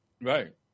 Right